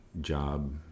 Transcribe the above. job